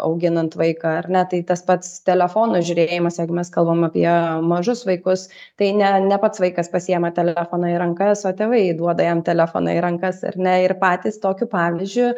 auginant vaiką ar ne tai tas pats telefono žiūrėjimas jeigu mes kalbam apie mažus vaikus tai ne ne pats vaikas pasiėma telefoną į rankas o tėvai duoda jam telefoną į rankas ar ne ir patys tokiu pavyzdžiu